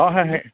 হয় হয় হয়